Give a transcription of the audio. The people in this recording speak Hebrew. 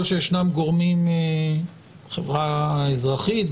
שישנם גורמים בחברה האזרחית,